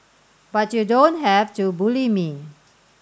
but you don't have to bully me